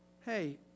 Hey